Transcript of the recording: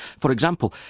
for example,